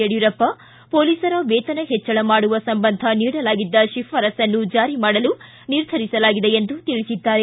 ಯಡಿಯೂರಪ್ಪ ಪೊಲೀಸರ ವೇತನ ಹೆಚ್ಚಳ ಮಾಡುವ ಸಂಬಂಧ ನೀಡಲಾಗಿದ್ದ ಶಿಫಾರಸ್ಸನ್ನು ಜಾರಿ ಮಾಡಲು ನಿರ್ಧರಿಸಲಾಗಿದೆ ಎಂದು ತಿಳಸಿದ್ದಾರೆ